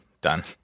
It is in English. done